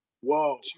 Whoa